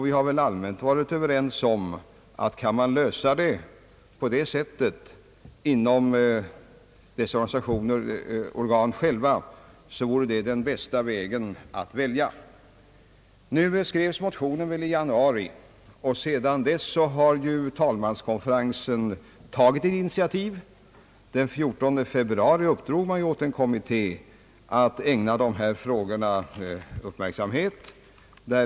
Vi har väl allmänt varit överens om att den bästa utvägen vore, om problemet kunde lösas på detta sätt inom och på initiativ av denna organisation. Den nu aktuella motionen lämnades i januari. Sedan dess har talmanskonferensen tagit initiativ. Den 14 februari uppdrog man åt en kommitté att ägna dessa frågor uppmärksamhet.